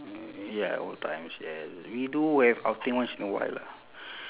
ya old times yes we do have outing once in a while lah